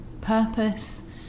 purpose